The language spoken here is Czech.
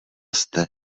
jste